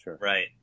Right